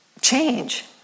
change